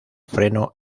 freno